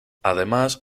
además